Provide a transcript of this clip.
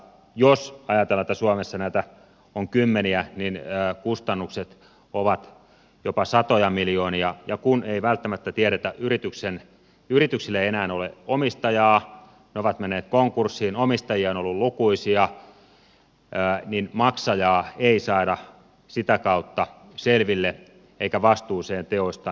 jos ajatellaan että suomessa näitä on kymmeniä niin kustannukset ovat jopa satoja miljoonia ja kun välttämättä yrityksillä ei enää ole omistajaa ne ovat menneet konkurssiin omistajia on ollut lukuisia niin maksajaa ei saada sitä kautta selville eikä vastuuseen teoistaan